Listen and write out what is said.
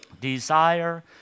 desire